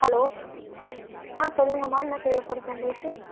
hello ஆ சொல்லுங்கம்மா என்ன தேவைப்படுது உங்களுக்கு